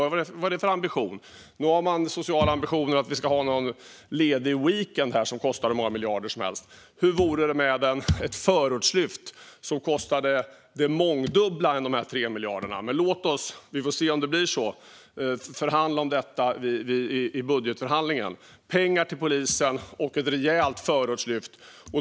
Vad är det för ambition? Nu har man den sociala ambitionen att vi ska ha någon ledig weekend som kostar hur många miljarder som helst. Hur vore det med ett förortslyft som kostar det mångdubbla i förhållande till de 3 miljarderna? Vi får se om det blir så. Vi får förhandla om detta i budgetförhandlingen. Det handlar om pengar till polisen och ett rejält förortslyft.